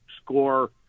score